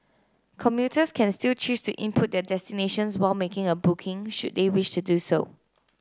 commuters can still choose to input their destinations while making a booking should they wish to do so